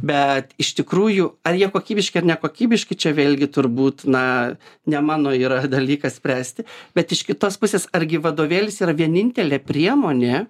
bet iš tikrųjų ar jie kokybiški ar nekokybiški čia vėlgi turbūt na ne mano yra dalykas spręsti bet iš kitos pusės argi vadovėlis yra vienintelė priemonė